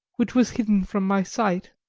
which was hidden from my sight.